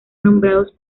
nombrados